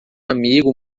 amigo